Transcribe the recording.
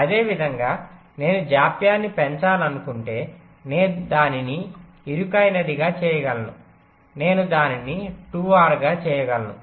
అదేవిధంగా నేను జాప్యాన్ని పెంచాలనుకుంటే నేను దానిని ఇరుకైనదిగా చేయగలను నేను దానిని 2R గా చేయగలను